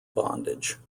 bondage